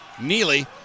Neely